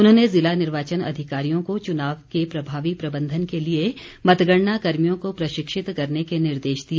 उन्होंने ज़िला निर्वाचन अधिकारियों को चुनावों के प्रभावी प्रबंधन के लिए मतगणना कर्मियों को प्रशिक्षित करने के निर्देश दिए